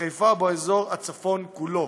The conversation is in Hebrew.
בחיפה ובאזור הצפון כולו.